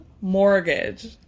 mortgage